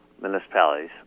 municipalities